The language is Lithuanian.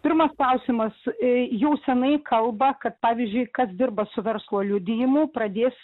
pirmas klausimas i jau senai kalba kad pavyzdžiui kas dirba su verslo liudijimu pradės